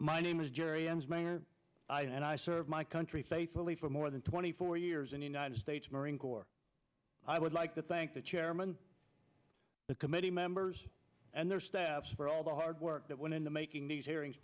my name is jerry as mayor and i served my country faithfully for more than twenty four years in the united states marine corps i would like to thank the chairman of the committee members and their staff for all the hard work that went into making these hearings